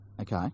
Okay